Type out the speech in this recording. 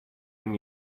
when